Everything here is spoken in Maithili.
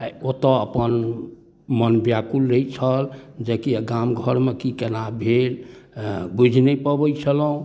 आओर ओतऽ अपन मोन व्याकुल रहै छल जेकि गामघरमे कि कोना भेल बुझि नहि पबै छलहुँ